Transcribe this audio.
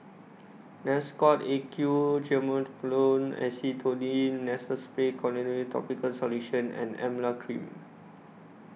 Nasacort A Q Triamcinolone Acetonide Nasal Spray Topical Solution and Emla Cream